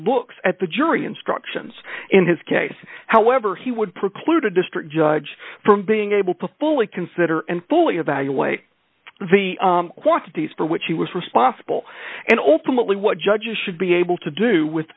looks at the jury instructions in his case however he would preclude a district judge from being able to fully consider and fully evaluate the quantities for which he was responsible and ultimately what judges should be able to do with